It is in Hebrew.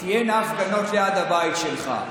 תהיינה הפגנות ליד הבית שלך.